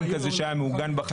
שנייה.